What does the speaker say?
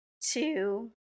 two